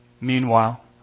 Meanwhile